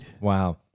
Wow